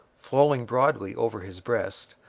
flowing broadly over his breast,